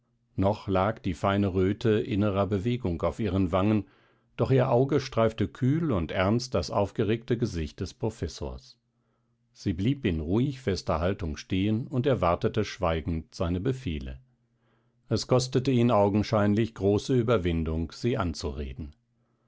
noch lag die feine röte innerer bewegung auf ihren wangen doch ihr auge streifte kühl und ernst das aufgeregte gesicht des professors sie blieb in ruhig fester haltung stehen und erwartete schweigend seine befehle es kostete ihm augenscheinlich große ueberwindung sie anzureden